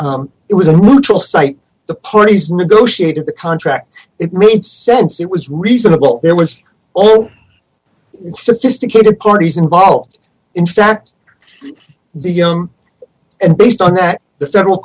it was a mutual site the parties negotiated the contract it made sense it was reasonable there were all sophisticated parties involved in fact the young and based on that the federal